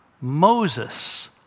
Moses